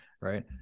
right